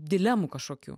dilemų kašokių